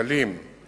שקלים